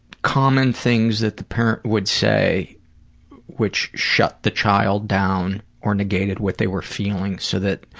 common things that the parent would say which shut the child down or negated what they were feeling so that,